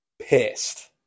pissed